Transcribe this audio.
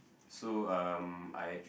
so um I